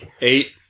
eight